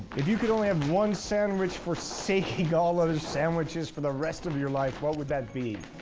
if you could only have one sandwich, forsaking all other sandwiches for the rest of your life, what would that be?